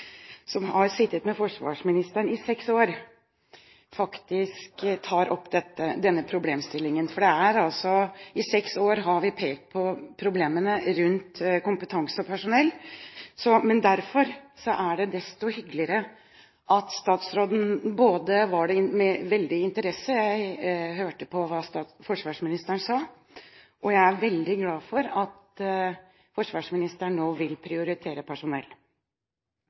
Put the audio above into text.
som har sittet med forsvarsministeren i seks år, som faktisk tar opp denne problemstillingen. I seks år har vi pekt på problemene rundt kompetanse og personell, og derfor var det desto hyggeligere og med en veldig interesse jeg hørte hva forsvarsministeren sa. Og jeg er veldig glad for at forsvarsministeren nå vil prioritere personell.